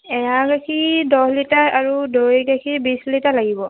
এৱাঁ গাখীৰ দহ লিটাৰ আৰু দৈ গাখীৰ বিছ লিটাৰ লাগিব